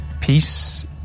peace